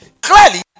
Clearly